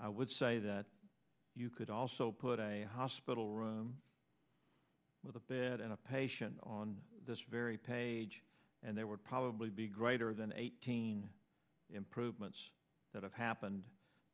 i would say that you could also put a hospital room with a bed and a patient on this very page and there would probably be greater than eighteen improvements that have happened